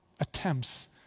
attempts